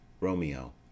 ROMEO